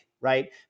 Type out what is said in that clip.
right